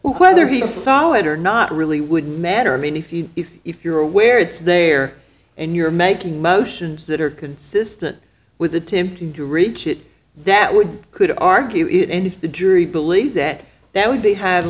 whether he saw it or not really would matter i mean if you if you're aware it's there and you're making motions that are consistent with attempting to reach it that would could argue it and if the jury believed that that would be hav